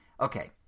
okay